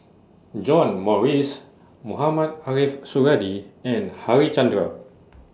John Morrice Mohamed Ariff Suradi and Harichandra